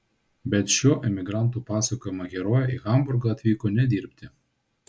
bet šio emigrantų pasakojimo herojė į hamburgą atvyko ne dirbti